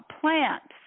plants